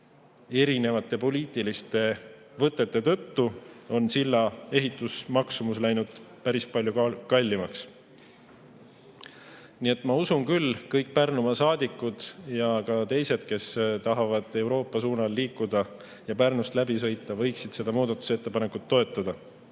erinevate poliitiliste võtete tõttu, on silla ehitusmaksumus läinud päris palju kallimaks. Nii et ma usun küll, et kõik Pärnumaa saadikud ja ka teised, kes tahavad Euroopa suunal liikuda ja Pärnust läbi sõita, võiksid seda muudatusettepanekut toetada.